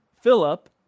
Philip